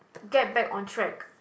get back on track